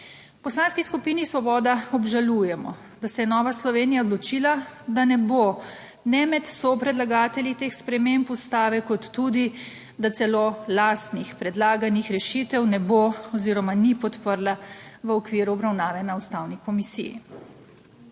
Poslanski skupini Svoboda obžalujemo, da se je Nova Slovenija odločila, da ne bo ne med sopredlagatelji teh sprememb Ustave, kot tudi, da celo lastnih predlaganih rešitev ne bo oziroma ni podprla v okviru obravnave na Ustavni komisiji.